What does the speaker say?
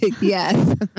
Yes